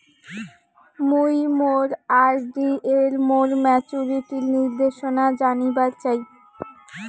মুই মোর আর.ডি এর মোর মেচুরিটির নির্দেশনা জানিবার চাই